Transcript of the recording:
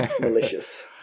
malicious